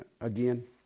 Again